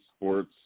sports